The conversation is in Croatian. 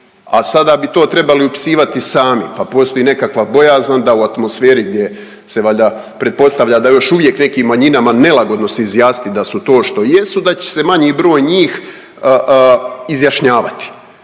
a sada bi to trebali upisivati sami, pa postoji nekakva bojazan da u atmosferi gdje se valjda pretpostavlja da je još uvijek nekim manjinama nelagodno se izjasnit da su to što jesu da će se manji broj njih izjašnjavati.